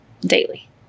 daily